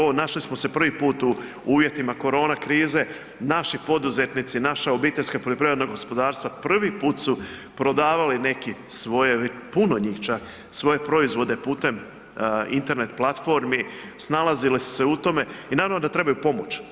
Ovo našli smo se prvi put u uvjetima korona krize, naši poduzetnici, naša obiteljska poljoprivredna gospodarstva prvi put su prodavali neki svoje, puno njih čak, svoje proizvode putem Internet platformi, snalazili su se u tome i naravno da trebaju pomoć.